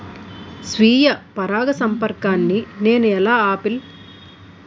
స్వీయ పరాగసంపర్కాన్ని నేను ఎలా ఆపిల్?